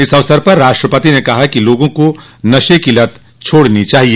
इस अवसर पर राष्ट्रपति ने कहा कि लोगों को नशे की लत छोड़नी चाहिए